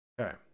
Okay